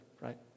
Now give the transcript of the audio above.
Right